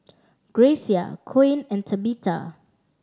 Grecia Coen and Tabitha